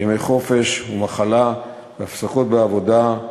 ימי חופש ומחלה והפסקות בעבודה,